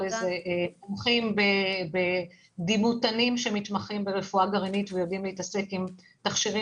מומחים בדימות שמתמחים ברפואה גרעינית ויודעים להתעסק עם תכשירי